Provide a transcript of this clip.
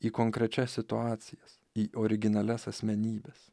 į konkrečias situacijas į originalias asmenybes